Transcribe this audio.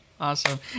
Awesome